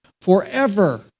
forever